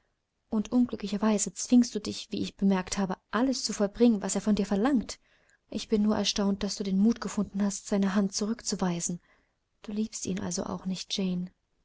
und unglücklicherweise zwingst du dich wie ich bemerkt habe alles zu vollbringen was er von dir verlangt ich bin nur erstaunt daß du den mut gefunden hast seine hand zurückzuweisen du liebst ihn also auch nicht